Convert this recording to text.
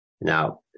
Now